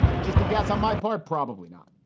just a guess on my part, probably not.